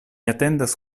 atendas